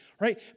right